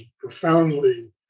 profoundly